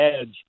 edge